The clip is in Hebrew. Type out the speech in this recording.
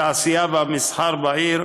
התעשייה והמסחר בעיר,